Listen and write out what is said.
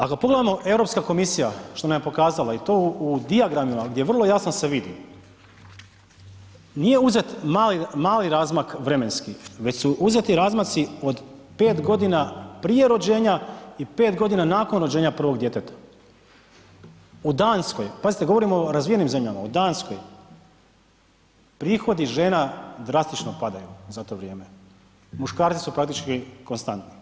Ako pogledamo Europska komisija što nam je pokazala, i to u dijagramima gdje vrlo jasno se vidi, nije uzet mali razmak vremenski, već su uzeti razmaci od 5 godina prije rođenja, i 5 godina nakon rođenja prvog djeteta, u Danskoj, pazite govorimo o razvijenim zemljama, u Danskoj prihodi žena drastično padaju za to vrijeme, muškarci su praktički konstantni.